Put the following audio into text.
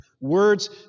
words